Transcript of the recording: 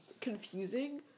confusing